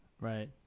right